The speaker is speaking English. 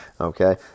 okay